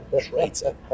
traitor